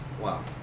Wow